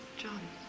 john,